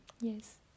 Yes